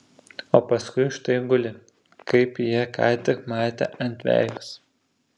o paskui štai guli kaip jie ką tik matė ant vejos